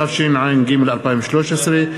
התשע"ג 2013,